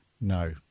No